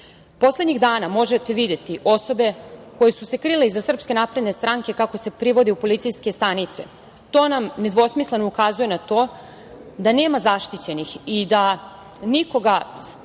Srbije. Poslednjih dana možete videti osobe koje su se krile iza SNS, kako se privode u policijske stanice. To nam nedvosmisleno ukazuje na to da nema zaštićenih i da nikoga članska